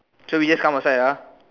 so we just come outside ah